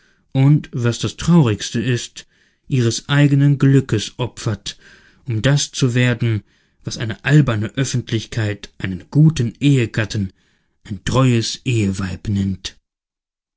freiheit und was das traurigste ist ihres eigenen glückes opfert um das zu werden was eine alberne oeffentlichkeit einen guten ehegatten ein treues eheweib nennt